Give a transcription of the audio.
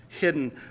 hidden